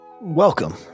welcome